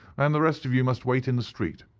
and the rest of you must wait in the street.